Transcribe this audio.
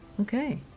Okay